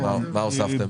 מה הוספתם?